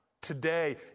Today